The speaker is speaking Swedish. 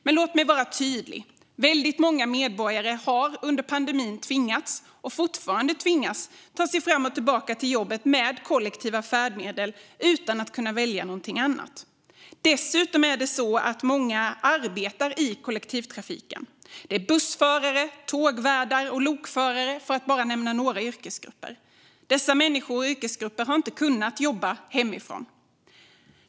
Men låt mig vara tydlig: Väldigt många medborgare har under pandemin tvingats och tvingas fortfarande att ta sig fram och tillbaka till jobbet med kollektiva färdmedel utan att kunna välja något annat. Dessutom är det många som arbetar i kollektivtrafiken. Det är bussförare, tågvärdar och lokförare, för att bara nämna några yrkesgrupper. Dessa människor och yrkesgrupper har inte kunnat jobba hemifrån.